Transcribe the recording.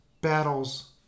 battles